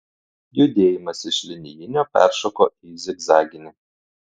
judėjimas iš linijinio peršoko į zigzaginį